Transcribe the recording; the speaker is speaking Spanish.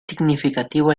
significativo